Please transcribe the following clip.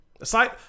Aside